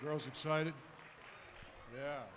gross excited yeah